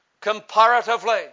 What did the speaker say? comparatively